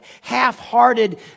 half-hearted